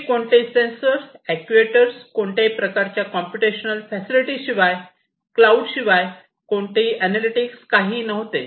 पूर्वी कोणतेही sensor actuator कोणत्याही प्रकारच्या कॉम्प्युटेशन फॅसिलिटी शिवाय क्लाऊड शिवाय कोणतेही अॅनालॅटिक्स काहीही नव्हते